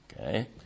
Okay